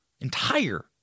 entire